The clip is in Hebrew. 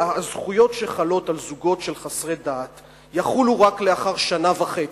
שהזכויות שחלות על זוגות של חסרי דת יחולו רק לאחר שנה וחצי,